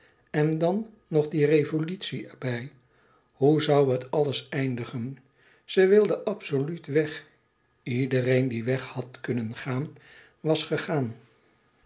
en dan nog die revolutie er bij hoe zoû het alles eindigen ze wilde absoluut weg iedereen die weg had kunnen gaan was gegaan